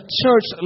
church